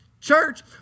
church